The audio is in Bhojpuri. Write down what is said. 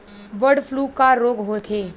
बडॅ फ्लू का रोग होखे?